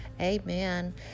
amen